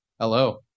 Hello